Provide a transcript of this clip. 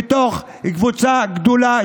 מתוך קבוצה גדולה,